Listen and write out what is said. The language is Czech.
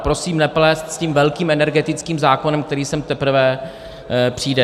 Prosím neplést s tím velkým energetickým zákonem, který sem teprve přijde.